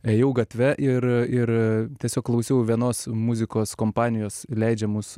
ėjau gatve ir ir tiesiog klausiau vienos muzikos kompanijos leidžiamus